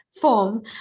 form